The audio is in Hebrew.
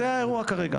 זה האירוע כרגע.